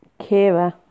Kira